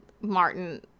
Martin